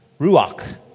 Ruach